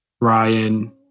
Ryan